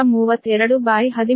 8 13213